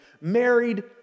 married